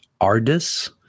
Ardis